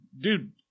dude